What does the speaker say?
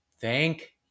thank